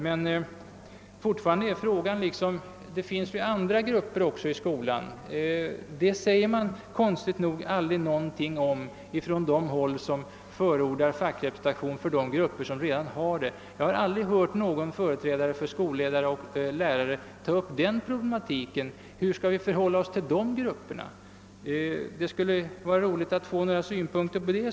Det finns inom skolan även andra grupper, men konstigt nog säger man aldrig någonting om dessa från dem, vilka fordrar fåckrepresentation för de grupper som redan har sådan. Jag har aldrig hört någon företrädare för skolledare och lärare ta upp den probiematiken och ställa frågan: Hur skall vi förhålla oss till dessa grupper? Det skulle i så fall vara roligt att få några synpunkter på detta.